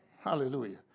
Hallelujah